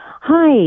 Hi